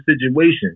situation